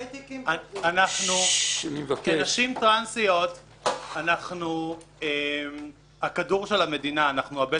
כנשים טרנסיות אנחנו הבטן הרכה של המדינה.